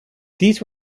these